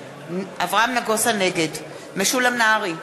נגד משולם נהרי,